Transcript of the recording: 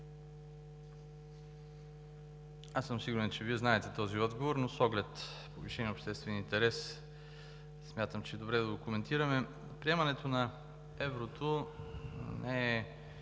Аз съм сигурен, че Вие знаете този отговор, но с оглед повишения обществен интерес смятам, че е добре да го коментираме. Приемането на еврото не е